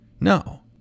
No